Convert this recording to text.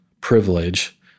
privilege